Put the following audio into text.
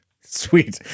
Sweet